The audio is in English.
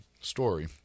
story